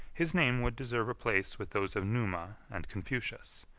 his name would deserve a place with those of numa and confucius,